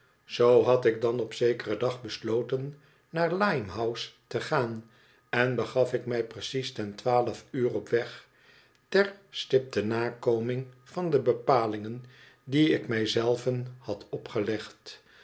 zoo bad ik dan op zekeren dag besloten naar limehouse te gaan en begaf ik mij precies ten twaalf uur op weg ter stipte nakoming van de bepalingen die ik mij zei ven had opgelegd